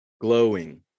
Glowing